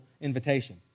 invitation